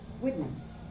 Witness